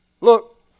Look